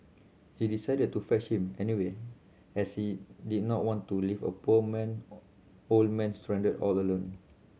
he decided to fetch him anyway as he did not want to leave a poor man old man stranded all alone